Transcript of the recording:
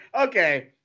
Okay